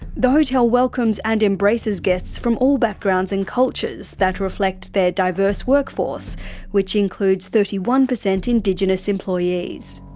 the hotel welcomes and embraces guests from all backgrounds and cultures that reflects their diverse workforce which includes thirty one percent indigenous employees.